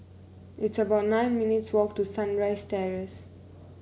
it's about nine minutes' walk to Sunrise Terrace